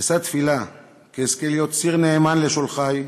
אשא תפילה כי אזכה להיות ציר נאמן לשולחי,